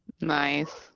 Nice